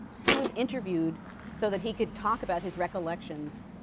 he was interviewed so that he could talk about his recollections,